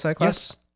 yes